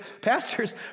pastors